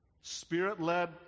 spirit-led